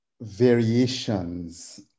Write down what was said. variations